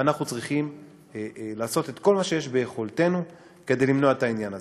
ואנחנו צריכים לעשות את כל מה שביכולתנו כדי למנוע את העניין הזה.